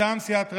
מטעם סיעת רע"מ,